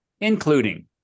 including